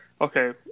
okay